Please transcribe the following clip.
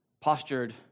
postured